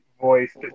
voice